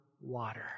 water